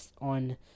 on